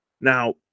Now